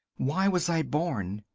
why was i born?